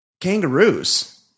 kangaroos